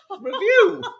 review